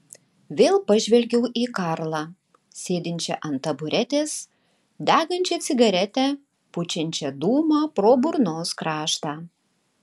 vėl pažvelgiau į karlą sėdinčią ant taburetės degančią cigaretę pučiančią dūmą pro burnos kraštą